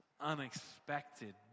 unexpected